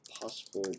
possible